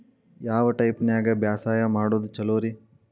ಯಾವ ಟೈಪ್ ನ್ಯಾಗ ಬ್ಯಾಸಾಯಾ ಮಾಡೊದ್ ಛಲೋರಿ?